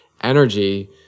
Energy